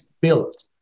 built